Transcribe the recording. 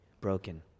broken